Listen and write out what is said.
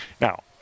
Now